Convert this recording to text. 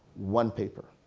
one paper.